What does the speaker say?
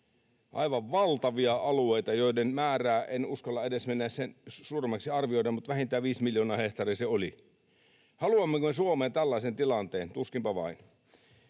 Aivan valtavia alueita, joiden määrää en uskalla edes mennä sen suuremmaksi arvioimaan, mutta vähintään 5 miljoonaa hehtaaria se oli. Haluammeko me Suomeen tällaisen tilanteen? Tuskinpa vain.